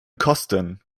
kosten